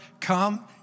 come